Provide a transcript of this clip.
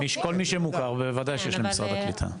כן, כל מי שמוכר, בוודאי שיש למשרד העלייה קליטה.